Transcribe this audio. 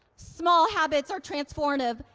small habits are transformative.